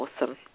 awesome